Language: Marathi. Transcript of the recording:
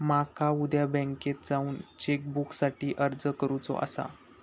माका उद्या बँकेत जाऊन चेक बुकसाठी अर्ज करुचो आसा